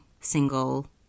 single